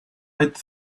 eight